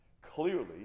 clearly